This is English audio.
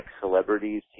celebrities